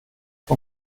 von